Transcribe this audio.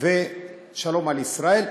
ושלום על ישראל.